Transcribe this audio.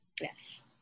Yes